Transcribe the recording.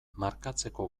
markatzeko